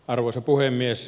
arvoisa puhemies